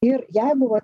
ir jeigu va